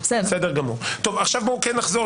בואו נחזור,